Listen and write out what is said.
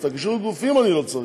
אז את הכישורים העודפים אני לא צריך,